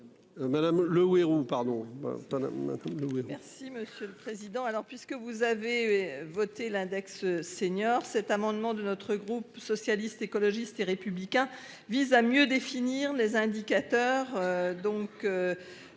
Madame Le Houerou pardon.